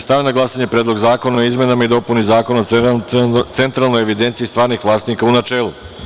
Stavljam na glasanje Predlog zakona o izmenama i dopuni Zakona o centralnoj evidenciji stvarnih vlasnika, u načelu.